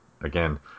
Again